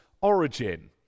origin